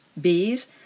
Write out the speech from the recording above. bees